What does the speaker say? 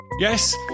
Yes